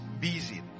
busy